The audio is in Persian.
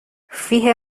فیه